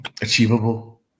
achievable